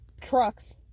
trucks